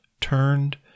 turned